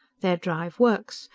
their drive works.